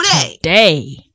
today